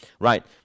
Right